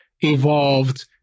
evolved